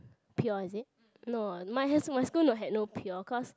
pure is it no my has my school had no pure cause